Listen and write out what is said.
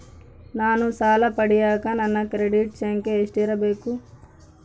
ನಾನು ಸಾಲ ಪಡಿಯಕ ನನ್ನ ಕ್ರೆಡಿಟ್ ಸಂಖ್ಯೆ ಎಷ್ಟಿರಬೇಕು?